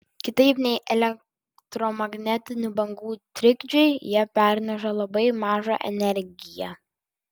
kitaip nei elektromagnetinių bangų trikdžiai jie perneša labai mažą energiją